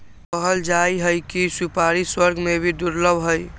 कहल जाहई कि सुपारी स्वर्ग में भी दुर्लभ हई